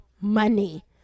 money